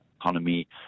economy